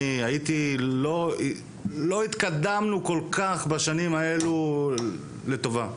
הייתי לא התקדמנו כל כך בשנים האלו לטובה.